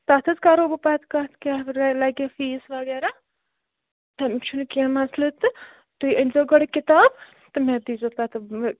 تتھ حظ کرو بہٕ پتہٕ کتھ کیاہ لگہ فیٖس وغیرہ تمیُک چھُ نہٕ کینٛہہ مَسلہٕ تہٕ تُہۍ أنۍ زیٚو گۄڈٕ کتاب مےٚ دیٖزیٚو پتہٕ